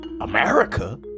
America